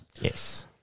Yes